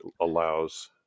allows